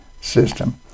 system